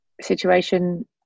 situation